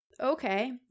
okay